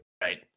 Right